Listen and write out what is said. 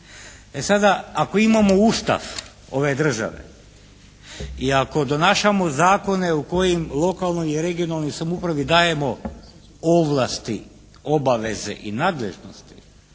ako imamo Ustav ove države i ako donašamo zakone u kojim lokalnoj i regionalnoj samoupravi dajemo ovlasti, obaveze i nadležnosti,